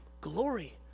Glory